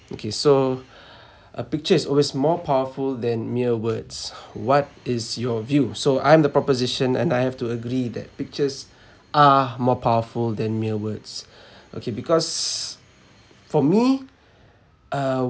okay so a picture is always more powerful than mere words what is your view so I'm the proposition and I have to agree that pictures are more powerful than mere words okay because for me uh